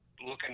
looking